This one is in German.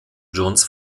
johns